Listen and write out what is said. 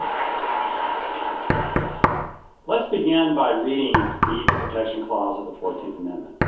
um let's begin by reading the equal protection clause of the fourteenth amendment.